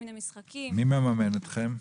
מי מממן אתכם?